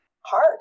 hard